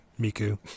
Miku